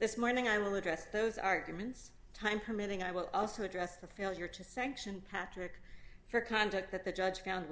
this morning i will address those arguments time permitting i will also address the failure to sanction patrick for conduct that the judge found